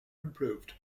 improved